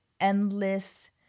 endless